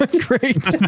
Great